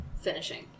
finishing